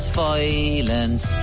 violence